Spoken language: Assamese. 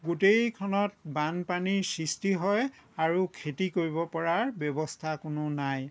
গোটেইখনত বানপানীৰ সৃষ্টি হয় আৰু খেতি কৰিব পৰাৰ ব্যৱস্থা কোনো নাই